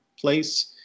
place